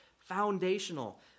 foundational